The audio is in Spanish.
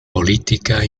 política